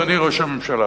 אדוני ראש הממשלה,